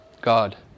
God